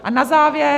A na závěr.